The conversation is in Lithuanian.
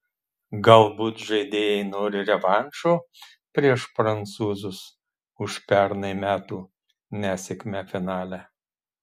galbūt žaidėjai nori revanšo prieš prancūzus už pernai metų nesėkmę finale